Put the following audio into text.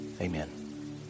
Amen